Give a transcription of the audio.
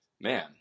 man